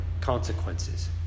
consequences